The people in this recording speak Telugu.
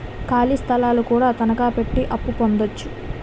ఖాళీ స్థలాలు కూడా తనకాపెట్టి అప్పు పొందొచ్చు